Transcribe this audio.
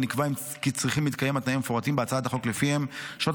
ונקבע כי צריכים להתקיים התנאים המפורטים בהצעת החוק שלפיהם שעות